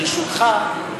ברשותך,